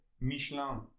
Michelin